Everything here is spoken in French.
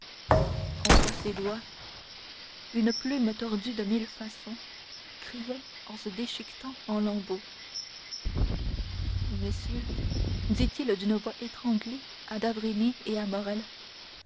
entre ses doigts une plume tordue de mille façons criait en se déchiquetant en lambeaux messieurs dit-il d'une voix étranglée à d'avrigny et à